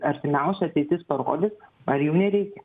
artimiausia ateitis parodys ar jų nereikia